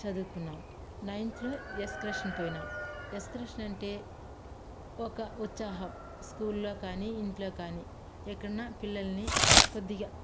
చదువుకున్నాం నైన్త్లో ఎక్స్కర్షన్ పోయినాం ఎక్స్కర్షన్ అంటే ఒక ఉత్సహాం స్కూల్లో కానీ ఇంట్లో కానీ ఎక్కడన్నా పిల్లల్ని కొద్దిగా